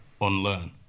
unlearn